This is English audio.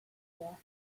there